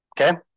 Okay